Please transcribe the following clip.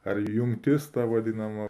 ar jungtis ta vadinama